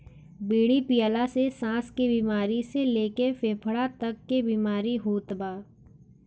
बीड़ी पियला से साँस के बेमारी से लेके फेफड़ा तक के बीमारी होत बा